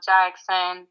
Jackson